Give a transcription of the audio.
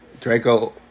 Draco